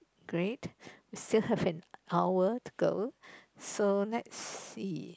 great is still half an hour to go so next see